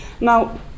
Now